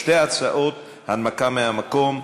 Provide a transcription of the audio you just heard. בשתי ההצעות הנמקה מהמקום.